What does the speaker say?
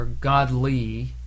Godly